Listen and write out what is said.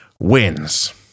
wins